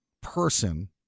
person